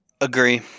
Agree